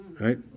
Right